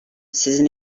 sizin